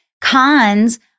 Cons